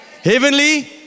Heavenly